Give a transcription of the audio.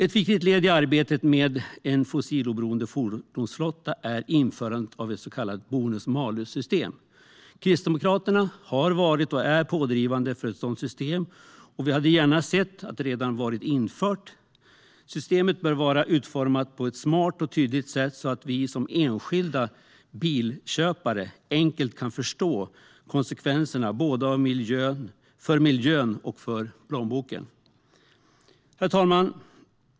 Ett viktigt led i arbetet med en fossiloberoende fordonsflotta är införandet av ett så kallat bonus-malus-system. Kristdemokraterna har varit och är pådrivande för ett sådant system, och vi hade gärna sett att det redan varit infört. Systemet bör vara utformat på ett smart och tydligt sätt så att vi som enskilda bilköpare enkelt kan förstå konsekvenserna både för miljön och för plånboken. Herr talman!